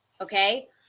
Okay